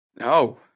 No